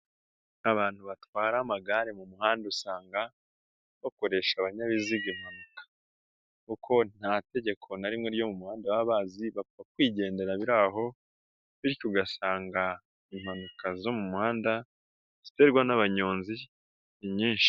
Abantu batwara amagare mu muhanda usanga bakoresha ibyabiziga impanuka kuko nta tegeko na rimwe ryo muhanda w'amazi, bapfa kwigendera biri aho, bityo ugasanga impanuka zo mu muhanda ziterwa n'abanyonzi ni nyinshi.